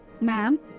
ma'am